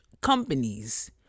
companies